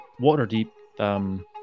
Waterdeep